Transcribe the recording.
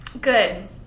Good